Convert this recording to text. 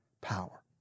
power